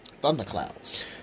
thunderclouds